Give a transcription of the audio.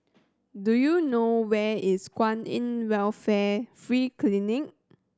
do you know where is Kwan In Welfare Free Clinic